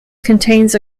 contains